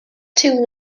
too